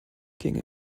gänge